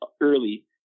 early